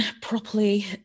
properly